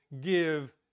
give